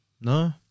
No